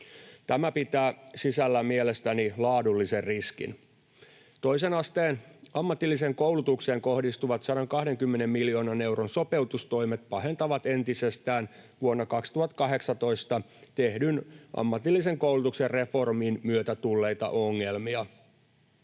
Tämä pitää sisällään mielestäni laadullisen riskin. Toisen asteen ammatilliseen koulutukseen kohdistuvat 120 miljoonan euron sopeutustoimet pahentavat entisestään vuonna 2018 tehdyn ammatillisen koulutuksen reformin myötä tulleita ongelmia.